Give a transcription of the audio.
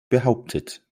behauptet